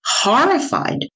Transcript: Horrified